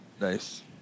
Nice